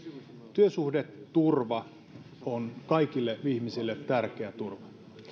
työsuhdeturva on kaikille ihmisille tärkeä turva